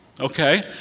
okay